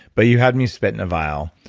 but you had me spit in a vial,